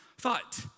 Thought